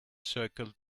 circled